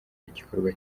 igikorwa